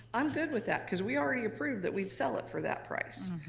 i'm good with that, cause we already approved that we'd sell it for that price.